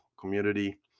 community